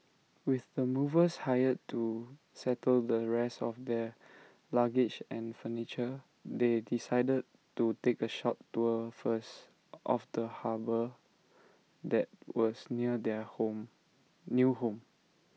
with the movers hired to settle the rest of their luggage and furniture they decided to take A short tour first of the harbour that was near their home new home